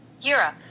Europe